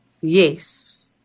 yes